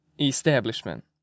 establishment